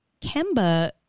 Kemba